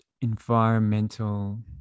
environmental